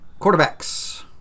Quarterbacks